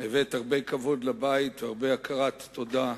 הבאת הרבה כבוד לבית, והרבה הכרת תודה,